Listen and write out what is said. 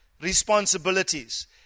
responsibilities